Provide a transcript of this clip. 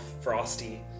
Frosty